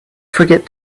forget